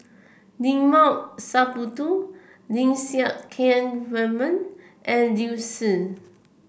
Limat Sabtu Lim Siang Keat Raymond and Liu Si